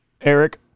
Eric